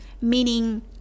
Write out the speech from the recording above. Meaning